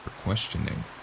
questioning